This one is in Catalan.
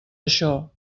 això